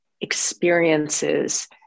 experiences